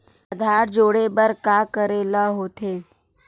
आधार जोड़े बर का करे ला होथे?